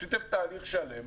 עשיתם תהליך שלם,